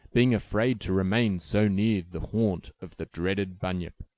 being afraid to remain so near the haunt of the dreaded bunyip.